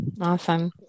Awesome